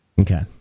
okay